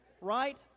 Right